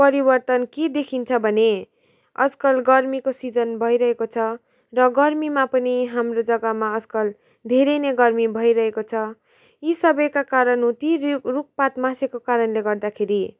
परिवर्तन के देखिन्छ भने आजकल गर्मीको सिजन भइरहेको छ र गर्मीमा पनि हाम्रो जग्गामा आजकल धेरै नै गर्मी भइरहेको छ यी सबैका कारण हुन् ती रुख रुखपात मासेको कारणले गर्दाखेरि